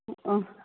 अँ